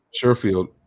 Sherfield